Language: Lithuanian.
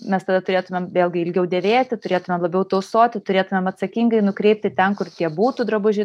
mes tada turėtumėm vėlgi ilgiau dėvėti turėtumėm labiau tausoti turėtumėm atsakingai nukreipti ten kur tie būtų drabužiai